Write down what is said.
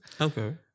Okay